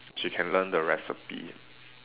she can learn the recipe